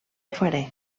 faré